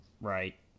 Right